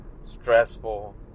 stressful